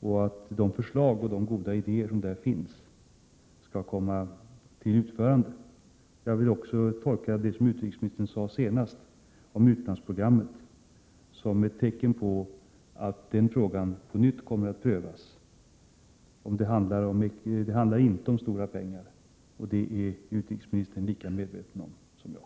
och att de förslag och de goda idéer som där finns skall komma att förverkligas. Det som utrikesministern senast sade om utlandsprogrammet vill jag tolka som ett tecken på att den frågan på nytt kommer att prövas. Det handlar inte om stora pengar — detta är utrikesministern lika medveten om som jag.